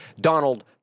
Donald